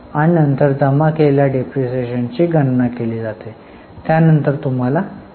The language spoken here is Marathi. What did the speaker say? आणि नंतर जमा केलेल्या डिप्रीशीएशनची गणना केली जाते आणि त्यानंतर तुम्हाला अंतिम मूल्य मिळते